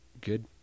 good